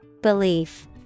Belief